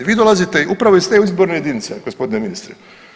Vi dolazite upravo iz te izborne jedinice gospodine ministre.